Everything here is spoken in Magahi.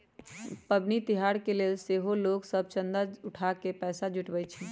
पबनि तिहार के लेल सेहो लोग सभ चंदा उठा कऽ पैसा जुटाबइ छिन्ह